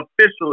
officially